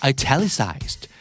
Italicized